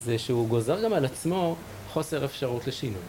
זה שהוא גוזר גם על עצמו חוסר אפשרות לשינוי